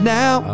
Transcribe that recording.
now